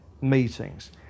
meetings